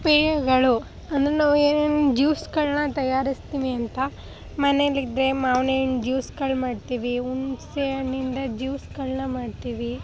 ಪೇಯಗಳು ಅಂದರೆ ನಾವು ಏನೇನು ಜ್ಯೂಸುಗಳ್ನ ತಯಾರಿಸ್ತೀವಿ ಅಂತ ಮನೇಲಿದ್ದರೆ ಮಾವಿನ್ ಹಣ್ಣು ಜ್ಯೂಸುಗಳು ಮಾಡ್ತೀವಿ ಹುಣ್ಸೆ ಹಣ್ಣಿಂದ ಜ್ಯೂಸುಗಳ್ನ ಮಾಡ್ತೀವಿ